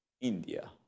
India